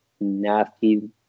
Nasty